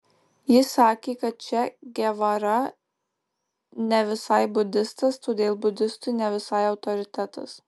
jis sakė kad če gevara ne visai budistas todėl budistui ne visai autoritetas